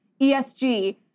ESG